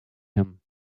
him